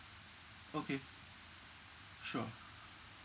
okay sure